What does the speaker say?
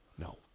No